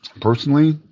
Personally